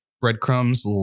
breadcrumbs